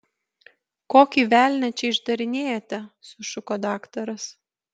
kokį velnią čia išdarinėjate sušuko daktaras